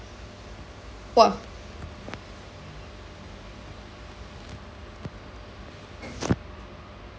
!wah!